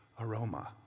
aroma